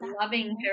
loving